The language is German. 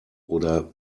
oder